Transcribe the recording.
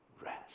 Rest